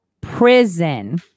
prison